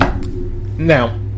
Now